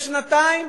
לשנתיים